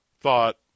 thought